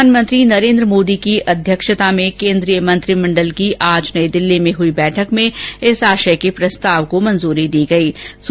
प्रधानमंत्री नरेंद्र मोदी की अध्यक्षता में केंद्रीय मंत्रिमंडल की आज नई दिल्ली में हई बैठक में इस आशय के प्रस्ताव को मंजूरी दी गयी है